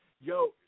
Yo